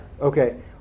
Okay